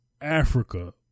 Africa